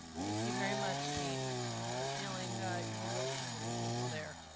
thank you very much, pete. i have a feeling you will see many people there.